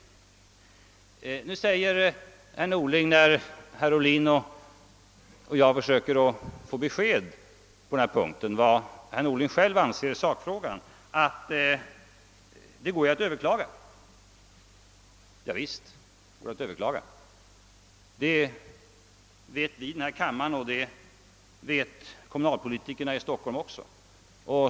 När herr Ohlin och jag försöker få besked om vad herr Norling själv anser i sakfrågan säger herr Norling att det går att överklaga beslutet. Ja, visst kan det överklagas — det vet vi i denna kammare, och det vet också kommunalpolitikerna i Stockholm.